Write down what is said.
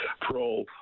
Pro